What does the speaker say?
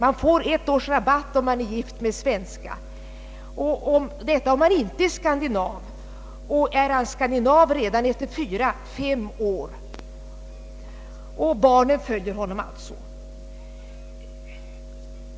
En utlänning som är gift med en svenska får nämligen ett års »rabatt», och en skandinav kan redan efter fyra eller fem år få svenskt medborgarskap. Och barnet följer alltså fadern.